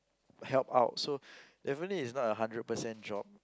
help out so definitely is not a hundred percent job